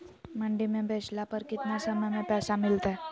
मंडी में बेचला पर कितना समय में पैसा मिलतैय?